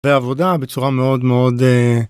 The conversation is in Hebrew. ועבודה בצורה מאוד מאוד...